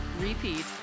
repeat